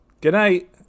Goodnight